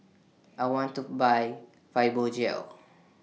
I want to Buy Fibogel